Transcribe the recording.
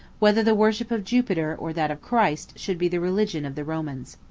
whether the worship of jupiter, or that of christ, should be the religion of the romans.